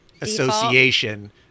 association